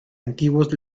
antiguos